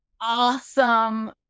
awesome